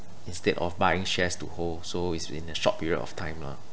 instead of buying shares to hold so it's in a short period of time lah